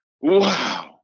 wow